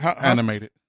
animated